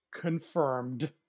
confirmed